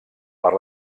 per